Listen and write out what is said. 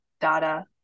data